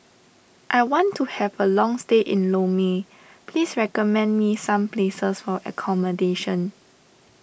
I want to have a long stay in Lome please recommend me some places for accommodation